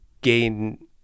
gain